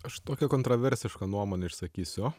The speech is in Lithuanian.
aš tokią kontroversišką nuomonę išsakysiu